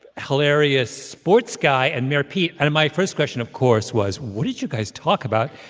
hilarious sports guy and mayor pete. and my first question, of course, was, what did you guys talk about?